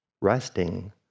resting